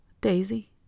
Daisy